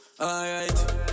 Alright